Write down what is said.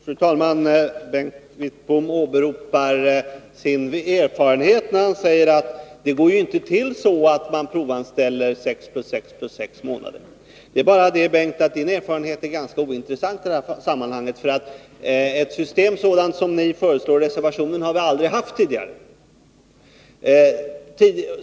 Fru talman! Bengt Wittbom åberopar sin erfarenhet när han säger att det inte går till så att man anställer sex plus sex plus sex månader. Det är bara det att Bengt Wittboms erfarenhet är ganska ointressant i det här sammanhanget. Ett sådant system som ni föreslår i reservationen har vi nämligen aldrig haft tidigare.